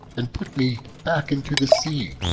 and put me back into the sea.